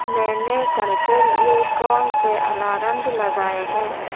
میں نے کل کے لیے کون سے الارمز لگائے ہیں